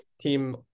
team